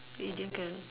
idiom can